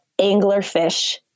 anglerfish